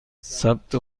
ثبت